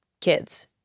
kids